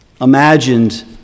imagined